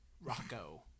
Rocco